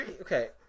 okay